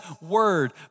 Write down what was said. word